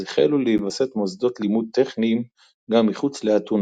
אז החלו להווסד מוסדות לימוד טכניים גם מחוץ לאתונה.